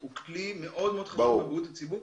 אמון הציבור הוא כלי מאוד חשוב לבריאות הציבור,